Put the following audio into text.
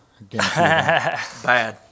Bad